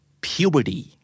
Puberty